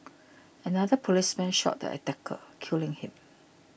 another policeman shot the attacker killing him